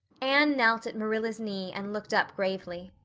anne knelt at marilla's knee and looked up gravely.